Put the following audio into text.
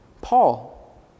Paul